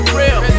real